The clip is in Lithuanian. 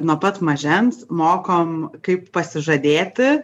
nuo pat mažens mokom kaip pasižadėti